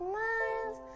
miles